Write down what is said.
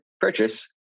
purchase